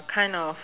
kind of